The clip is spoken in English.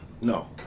No